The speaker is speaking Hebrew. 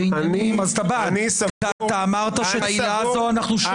אתה אמרת שאת העילה הזו אנחנו שומרים.